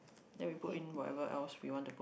then we put in whatever else we want to put